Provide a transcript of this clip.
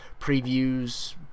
previews